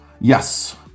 yes